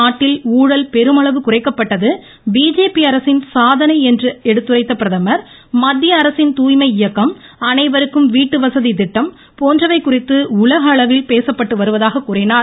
நாட்டில் ஊழல் பெருமளவு குறைக்கப்பட்டது பிஜேபி அரசின் சாதனை என்று எடுத்துரைத்த பிரதமர் மத்திய அரசின் தூய்மை இயக்கம் அனைவருக்கும் வீட்டு வசதி திட்டம் போன்றவை குறித்து உலகளவில் பேசப்பட்டு வருவதாக கூறினார்